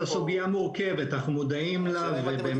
זו סוגיה מורכבת, אנחנו מודעים לה ואנחנו מנסים.